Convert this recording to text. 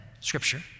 Scripture